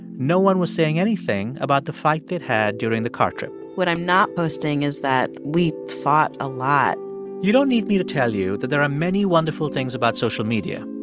no one was saying anything about the fight they'd had during the car trip what i'm not posting is that we fought a lot you don't need me to tell you that there are many wonderful things about social media.